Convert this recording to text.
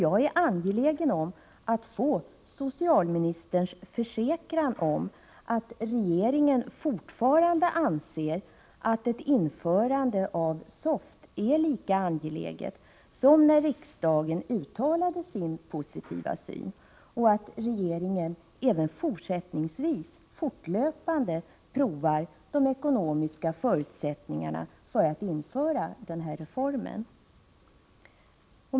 Jag är angelägen om att få socialministerns försäkran om att regeringen fortfarande anser att ett införande av SOFT är lika angeläget som när riksdagen uttalade sin positiva syn, och att regeringen även fortsättningsvis fortlöpande provar de ekonomiska förutsättningarna för att införa den här reformen.